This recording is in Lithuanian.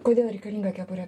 kodėl reikalinga kepurė